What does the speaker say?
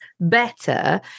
better